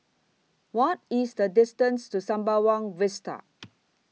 What IS The distance to Sembawang Vista